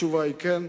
התשובה היא כן,